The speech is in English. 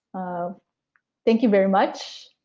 um thank you very much.